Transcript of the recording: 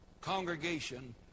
congregation